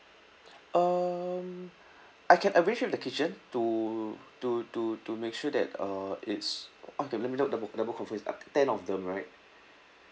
um I can arrange from the kitchen to to to to make sure that uh it's okay let me now double double confirm it's uh ten of them right